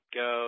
go